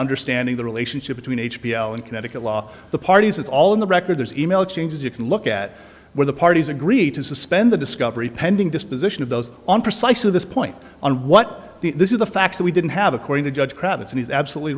understanding the relationship between h b o and connecticut law the parties it's all in the record there's e mail exchanges you can look at where the parties agreed to suspend the discovery pending disposition of those on precisely this point on what the this is the facts that we didn't have according to judge kravitz and he's absolutely